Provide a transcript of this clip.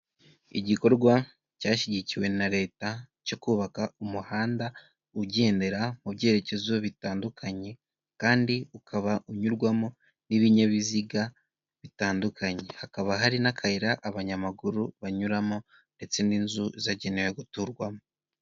Igikorwa cyashyigikiwe na leta cyo kubaka umuhanda ugendera mu byerekezo bitandukanye, kandi ukaba unyurwamo n'ibinyabiziga bitandukanye, hakaba hari n'akayira abanyamaguru banyuramo ndetse n'inzu zagenewe guturwamo.